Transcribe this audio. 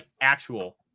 actual